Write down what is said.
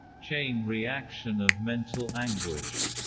chain reaction of mental anguish.